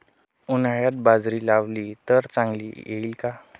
उन्हाळ्यात बाजरी लावली तर चांगली येईल का?